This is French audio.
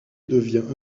devient